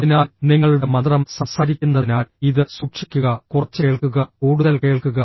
അതിനാൽ നിങ്ങളുടെ മന്ത്രം സംസാരിക്കുന്നതിനാൽ ഇത് സൂക്ഷിക്കുക കുറച്ച് കേൾക്കുക കൂടുതൽ കേൾക്കുക